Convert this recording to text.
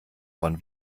von